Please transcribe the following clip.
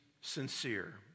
sincere